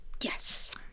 yes